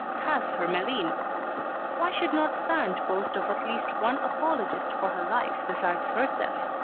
has her meline why should not sand boast of at least one apologist for her life besides herself?